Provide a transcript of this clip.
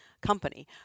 company